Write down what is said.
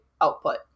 output